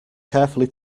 carefully